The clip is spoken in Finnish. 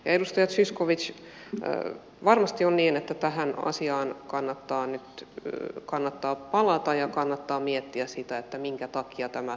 edustaja zyskowicz varmasti on niin että tähän asiaan kannattaa palata ja kannattaa miettiä sitä minkä takia tämä valitusoikeus tässä on